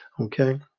Okay